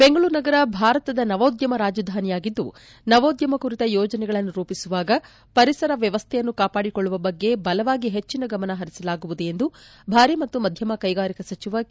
ಬೆಂಗಳೂರು ನಗರ ಭಾರತದ ನವೋದ್ಯಮ ರಾಜಧಾನಿಯಾಗಿದ್ದು ನವೋದ್ಯಮ ಕುರಿತ ಯೋಜನೆಗಳನ್ನು ರೂಪಿಸುವಾಗ ಪರಿಸರ ವ್ಯವಸ್ಥೆಯನ್ನು ಕಾಪಾಡಿಕೊಳ್ಳುವ ಬಗ್ಗೆ ಬಲವಾಗಿ ಹೆಚ್ಚಿನ ಗಮನ ಹರಿಸಲಾಗುವುದು ಎಂದು ಭಾರೀ ಮತ್ತು ಮಧ್ಯಮ ಕೈಗಾರಿಕಾ ಸಚಿವ ಕೆ